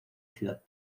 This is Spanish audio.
ciudad